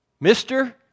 Mister